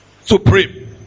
supreme